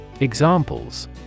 examples